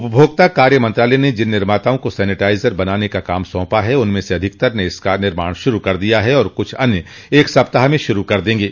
उपभोक्ता कार्य मंत्रालय ने जिन निर्माताओँ को सैनिटाइजर बनाने का काम सौंपा है उनमें से अधिकतर ने इसका निर्माण शुरू कर दिया है और कुछ अन्य एक सप्ताह में शुरू कर देंगे